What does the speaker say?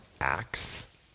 Acts